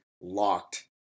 locked